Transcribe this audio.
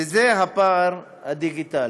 וזה הפער הדיגיטלי.